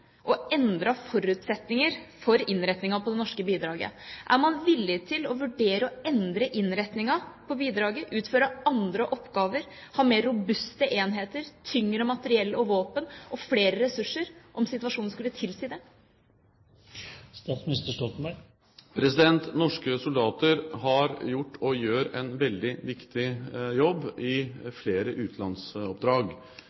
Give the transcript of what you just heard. og endrede forutsetninger for innretningen på det norske bidraget? Er man villig til å vurdere å endre innretningen på bidraget, utføre andre oppgaver, ha mer robuste enheter, tyngre materiell og våpen og flere ressurser om situasjonen skulle tilsi det? Norske soldater har gjort og gjør en veldig viktig jobb